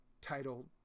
title